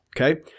Okay